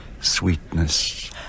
sweetness